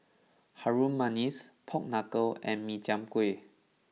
Harum Manis Pork Knuckle and Min Chiang Kueh